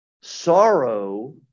sorrow